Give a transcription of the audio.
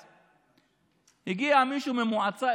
הגדול.